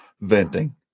venting